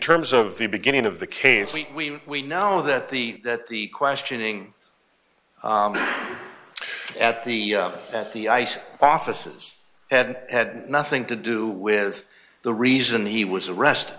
terms of the beginning of the case we we know that the that the questioning at the at the ice offices had had nothing to do with the reason he was arrest